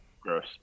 Gross